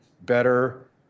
better